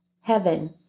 heaven